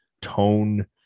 tone